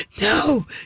No